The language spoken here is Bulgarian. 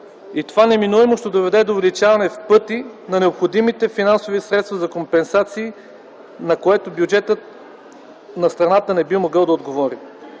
и това неминуемо ще доведе до увеличаването в пъти на необходимите финансови средства за компенсации, на което бюджетът на страната не би могъл да отговори.